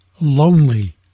lonely